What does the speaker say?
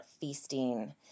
feasting